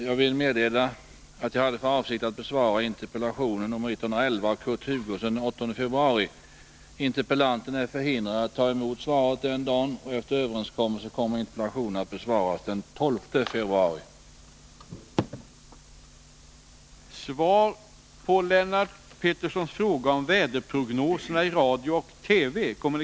Jag vill meddela att jag hade för avsikt att besvara interpellation nr 111 av Kurt Hugosson den 8 februari. Interpellanten är emellertid förhindrad att ta emot svaret den dagen, och efter överenskommelse mellan oss kommer interpellationen därför att besvaras den 12 februari.